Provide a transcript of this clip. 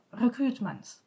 recruitment